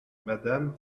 madame